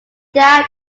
died